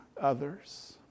others